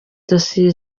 dosiye